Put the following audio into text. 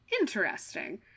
Interesting